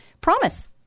promise